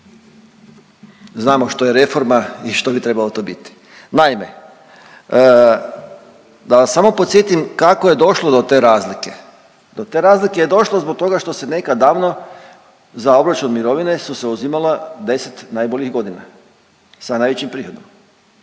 znamo što je reforma i što bi to trebalo biti. Naime, da vas samo podsjetim kako je došlo do te razlike. Do te razlike je došlo zbog toga što se nekad davno za obračun mirovine su se uzimalo 10 najboljih godina, sa najvećim prihodom,